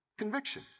Conviction